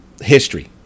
history